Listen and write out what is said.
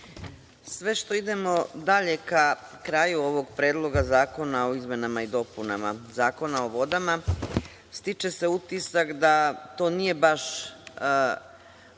Sve što idemo dalje ka kraju ovog Predloga zakona o izmenama i dopunama Zakona o vodama, stiče se utisak da to nije baš